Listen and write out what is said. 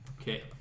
okay